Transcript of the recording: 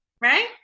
right